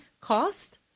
cost